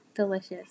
delicious